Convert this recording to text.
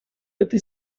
этой